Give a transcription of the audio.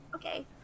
Okay